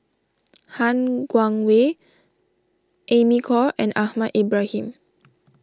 Han Guangwei Amy Khor and Ahmad Ibrahim